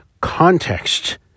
context